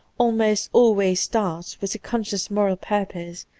almost always starts with a conscious moral purpose.